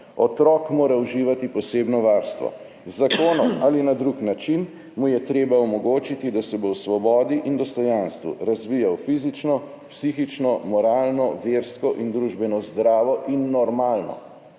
»Otrok mora uživati posebno varstvo. Z zakonom ali na drug način mu je treba omogočiti, da se bo v svobodi in dostojanstvu razvijal fizično, psihično, moralno, versko in družbeno zdravo in normalno.